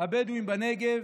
הבדואים בנגב,